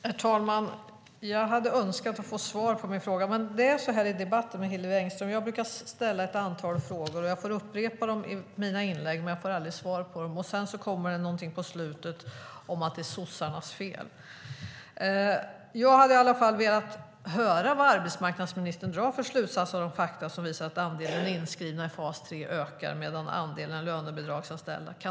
Herr talman! Jag hade önskat få svar på min fråga, men det är så här i debatter med Hillevi Engström. Jag brukar ställa ett antal frågor som jag får upprepa i mina inlägg, men jag får aldrig svar på dem. Sedan kommer det någonting på slutet om att det är sossarnas fel. Jag hade i alla fall velat höra vad arbetsmarknadsministern drar för slutsatser av de fakta som visar att andelen inskrivna i fas 3 ökar medan andelen lönebidragsanställda minskar.